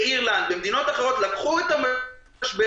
באירלנד ובמדינות אחרות לקחו את המשבר